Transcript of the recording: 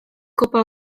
kopa